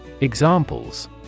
Examples